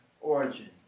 origin